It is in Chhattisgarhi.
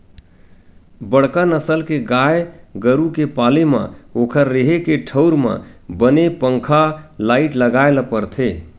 बड़का नसल के गाय गरू के पाले म ओखर रेहे के ठउर म बने पंखा, लाईट लगाए ल परथे